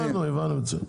הבנו את זה.